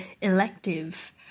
elective